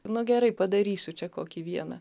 nu gerai padarysiu čia kokį vieną